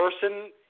person